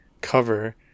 cover